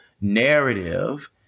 narrative